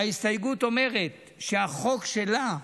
וההסתייגות אומרת שהחוק שלה,